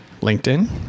LinkedIn